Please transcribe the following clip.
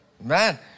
man